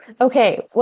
okay